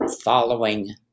following